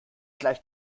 gleich